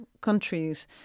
countries